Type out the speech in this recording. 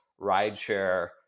Rideshare